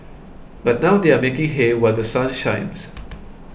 but now they are making hay while The Sun shines